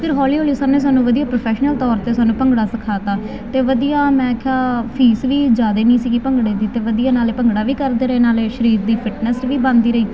ਫਿਰ ਹੌਲੀ ਹੌਲੀ ਸਭ ਨੇ ਫਿਰ ਹੌਲੀ ਹੌਲੀ ਸਭ ਨੇ ਸਾਨੂੰ ਵਧੀਆ ਫਿਰ ਹੌਲੀ ਹੌਲੀ ਸਭ ਨੇ ਸਾਨੂੰ ਵਧੀਆ ਪ੍ਰੋਫੈਸ਼ਨਲ